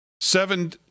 seven